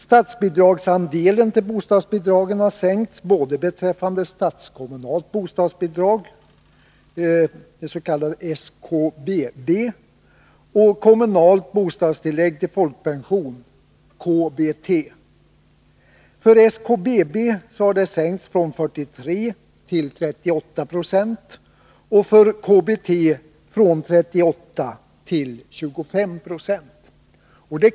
Statsbidragsandelen till bostadsbidragen har sänkts både beträffande statskommunalt bostadsbidrag, det s.k. SKBB, och beträffande kommunalt bostadstillägg till folkpension, KBT. För SKBB har andelen sänkts från 43 90 till 38 20 och för KBT från 38 2 till 25 26.